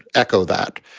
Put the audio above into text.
echo that.